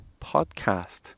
podcast